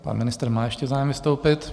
Pan ministr má ještě zájem vystoupit.